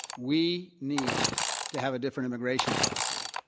we need to have a different immigration policy.